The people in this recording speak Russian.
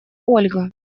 ольга